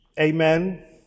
Amen